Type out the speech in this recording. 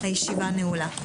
הישיבה נעולה.